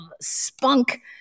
spunk